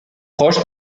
proche